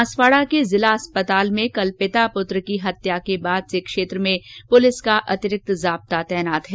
बांसवाडा के जिला अस्पताल में कल पिता पुत्र की हत्या के बाद से क्षेत्र में पुलिस का अतिरिक्त जाब्ता तैनात है